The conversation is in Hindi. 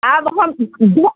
अब हम